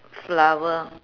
flower